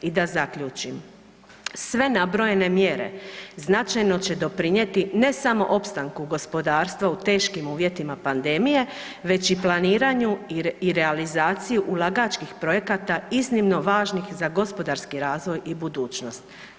I da zaključi, sve nabrojene mjere značajno će doprinijeti ne samo opstanku gospodarstva u teškim uvjetima pandemije, već i planiranju i realizaciji ulagačkih projekata iznimno važnih za gospodarski razvoj i budućnost.